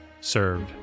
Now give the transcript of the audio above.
served